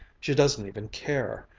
she doesn't even care.